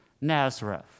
Nazareth